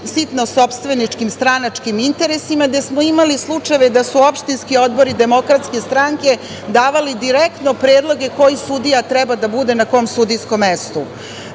sitno sopstveničkim stranačkim interesima gde smo imali slučajeve da su opštinski odbori DS davali direktno predloge koje sudija treba da bude na kom sudijskom mestu. Mi